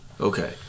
Okay